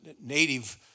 native